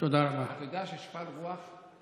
אתה יודע ששפל רוח,